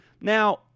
Now